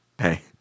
Hey